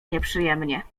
nieprzyjemnie